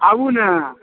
आबू ने